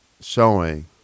showing